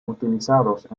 utilizados